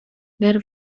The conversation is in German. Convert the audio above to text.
der